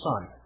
Son